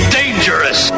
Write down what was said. dangerous